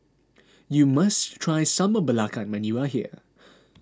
you must try Sambal Belacan when you are here